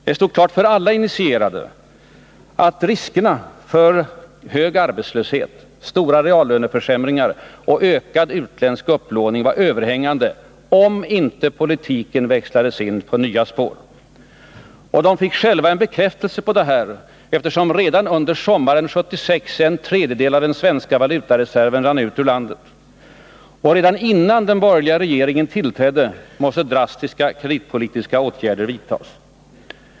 Det stod klart för alla initierade att riskerna för hög arbetslöshet, stora reallöneförsämringar och ökad utländsk upplåning var överhängande, om inte politiken växlades in på nya spår. Socialdemokraterna fick själva en bekräftelse på detta redan under sommaren 1976, när en tredjedel av den svenska valutareserven rann ut ur landet. Redan innan den borgerliga regeringen tillträdde måste drastiska kreditpolitiska åtgärder vidtas.